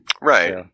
Right